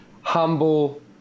humble